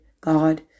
God